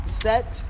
set